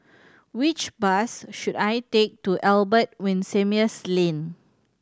which bus should I take to Albert Winsemius Lane